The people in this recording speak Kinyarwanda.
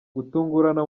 gutungurana